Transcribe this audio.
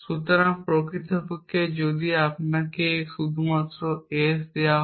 সুতরাং প্রকৃতপক্ষে যদি আপনাকে শুধুমাত্র S দেওয়া হয়